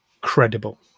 credible